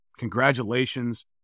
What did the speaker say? Congratulations